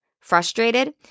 frustrated